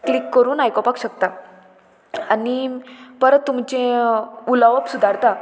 click करून आयकोपाक शकता आनी परत तुमचें उलोवप सुदारता